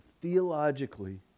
theologically